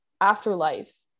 afterlife